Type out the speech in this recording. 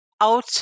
out